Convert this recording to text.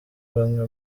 bamwe